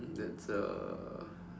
um that's a